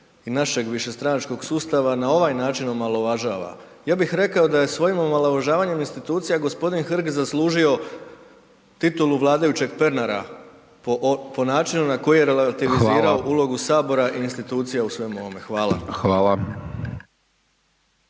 i našeg višestranačkog sustava na ovaj način omalovažava. Ja bih rekao da je svojim omalovažavanjem institucije g. Hrg zaslužio titulu vladajućeg Pernara po načinu na koji je relativizirao ulogu Sabora .../Upadica: Hvala./...